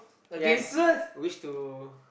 yes wish to